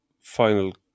final